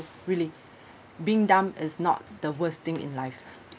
really being dump is not the worst thing in life